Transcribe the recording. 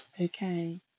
Okay